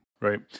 Right